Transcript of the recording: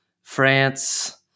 France